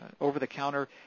over-the-counter